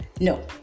No